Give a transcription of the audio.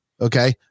Okay